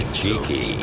cheeky